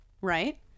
right